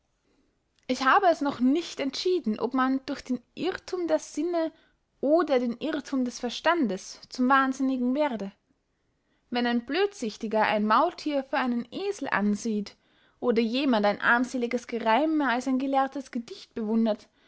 ich habe es noch nicht entschieden ob man durch den irrthum der sinne oder den irrthum des verstandes zum wahnsinnigen werde wenn ein blödsichtiger ein maulthier für einen esel ansieht oder jemand ein armseliges gereime als ein gelehrtes gedicht bewundert